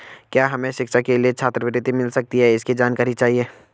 क्या हमें शिक्षा के लिए छात्रवृत्ति मिल सकती है इसकी जानकारी चाहिए?